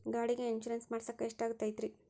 ಗಾಡಿಗೆ ಇನ್ಶೂರೆನ್ಸ್ ಮಾಡಸಾಕ ಎಷ್ಟಾಗತೈತ್ರಿ?